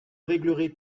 réglerait